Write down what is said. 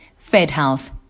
FedHealth